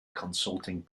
consulting